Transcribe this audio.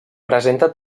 presenta